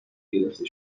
گرفته